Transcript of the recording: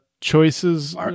choices